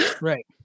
Right